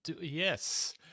Yes